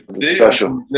special